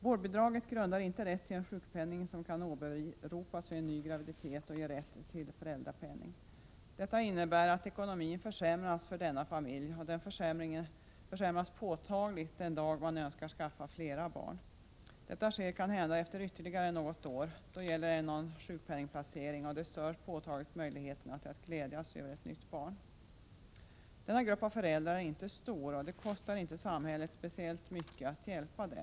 Vårdbidraget utgör inte grund för rätt till sjukpenning, som kan åberopas vid en ny graviditet och ge rätt till föräldrapenning. Detta innebär att ekonomin försämras för denna familj, och den försämras påtagligt den dag familjen önskar skaffa flera barn. Detta sker kanhända efter ytterligare något år. Då gäller inte någon sjukpenningplacering, och det stör påtagligt möjligheterna att glädjas över ett nytt barn. Denna grupp av föräldrar är inte stor, och det kostar inte samhället speciellt mycket att hjälpa den.